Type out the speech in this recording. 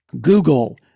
Google